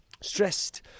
stressed